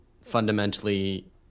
fundamentally